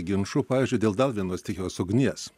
ginčų pavyzdžiui dėl dar vienos stichijos ugnies